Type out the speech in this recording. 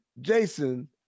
Jason